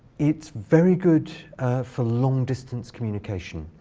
it's very good for long-distance communication